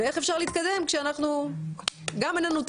השאלה היא איך אפשר להתקדם גם כשאין לנו את